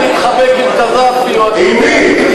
לך להתחבק עם קדאפי או, עם מי?